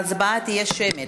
ההצבעה תהיה שמית.